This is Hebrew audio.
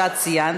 שאת ציינת,